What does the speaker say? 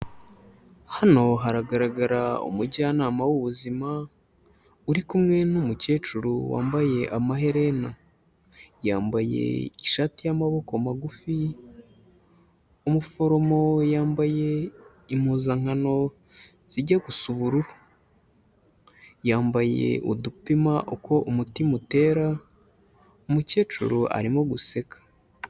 Hano haragaragara umujyanama w'ubuzima uri kumwe n'umukecuru wambaye amaherena, yambaye ishati y'amaboko magufi, umuforomo yambaye impuzankano zijya gusu ubururu, yambaye udupima uko umutima utera, umukecuru arimo guseka.